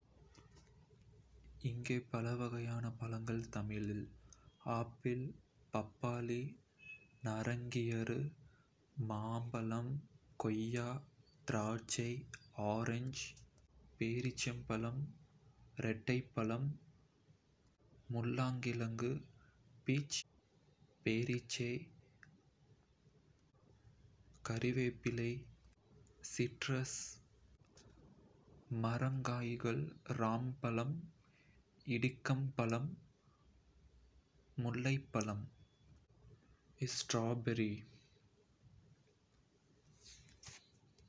இங்கே பலவகையான பழங்கள் தமிழில் ஆப்பிள் பப்பாளி நாரங்கியாறு மாம்பழம் கோயா திராட்சை ஆரஞ்சு பேரிச்சம்பழம் ராட்டைப்பழம் முள்ளாங்கிழங்கு பீச் ஆப்ரிகாட் பேரிச்சை பழம்பழம் நத்தார் பழம் கறிவேப்பிலி மரக்காய்கள் ராம்பழம் இடிக்கம்பழம் முல்லைப்பழம் கம்புக்கோழி பழம் ஓர் வேறு பழம் சிட்ரஸ் ஸ்ட்ராபெரி